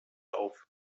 auf